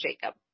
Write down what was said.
Jacob